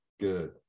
Good